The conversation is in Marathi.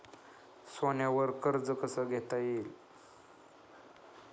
सोन्यावर कर्ज कसे घेता येईल?